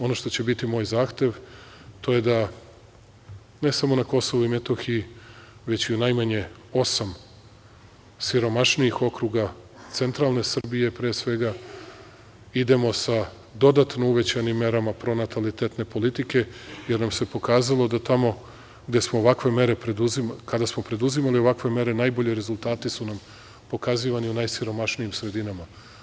Ono što će biti moj zahtev, to je da ne samo na Kosovu i Metohiji već u najmanje osam siromašnijih okruga centralne Srbije, pre svega, idemo sa dodano uvećanim merama pronatalitetne politike, jer nam se pokazalo da tamo kada smo ovakve mere preduzimali, najbolji rezultati su nam pokazivani u najsiromašnijim sredinama.